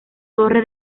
torre